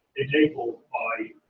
enabled by.